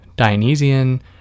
dionysian